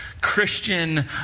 Christian